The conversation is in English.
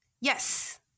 Yes